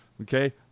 okay